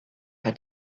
had